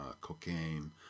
cocaine